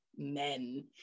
Men